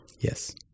yes